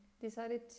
decided